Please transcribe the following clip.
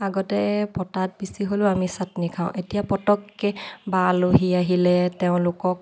আগতে পটাত পিচি হ'লেও আমি চাটনি খাওঁ এতিয়া পটককে বা আলহী আহিলে তেওঁলোকক